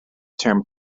term